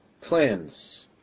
plans